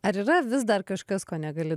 ar yra vis dar kažkas ko negali